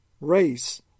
race